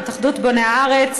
התאחדות בוני הארץ,